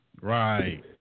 right